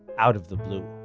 out of the blue.